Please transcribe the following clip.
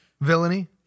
Villainy